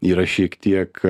yra šiek tiek